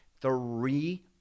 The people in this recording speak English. three